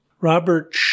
Robert